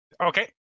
Okay